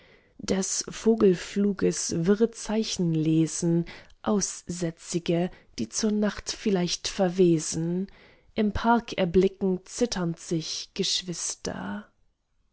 des vogelfluges wirre zeichen lesen aussätzige die zur nacht vielleicht verwesen im park erblicken zitternd sich geschwister